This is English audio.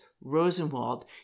Rosenwald